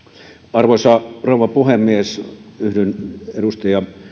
arvoisa rouva puhemies yhdyn edustaja